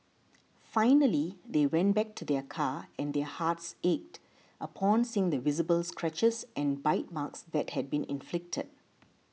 finally they went back to their car and their hearts ached upon seeing the visible scratches and bite marks that had been inflicted